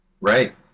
right